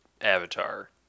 avatar